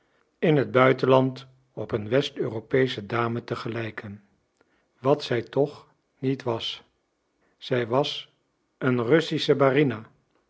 in het buitenland op een west europeesche dame te gelijken wat zij toch niet was zij was een russische barina